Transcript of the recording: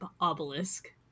obelisk